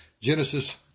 Genesis